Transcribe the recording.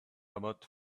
about